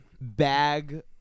bag